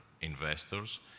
investors